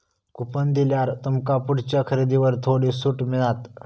coupon दिल्यार तुमका पुढच्या खरेदीवर थोडी सूट मिळात